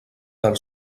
del